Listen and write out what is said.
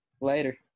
Later